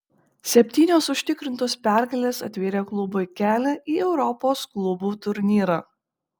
septynios užtikrintos pergalės atvėrė klubui kelią į europos klubų turnyrą